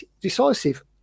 decisive